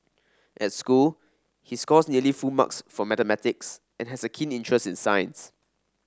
at school he scores nearly full marks for mathematics and has a keen interest in science